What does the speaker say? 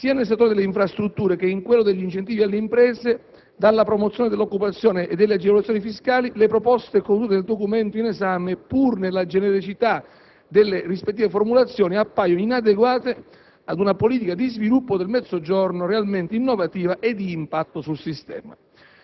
Sia nel settore delle infrastrutture, che in quello degli incentivi alle imprese, della promozione dell'occupazione e delle agevolazioni fiscali le proposte contenute nel Documento in esame, pur nella genericità delle rispettive formulazioni, appaiono inadeguate ad una politica di sviluppo del Mezzogiorno realmente innovativa e di impatto sul sistema.